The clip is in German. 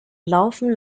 laufen